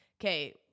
okay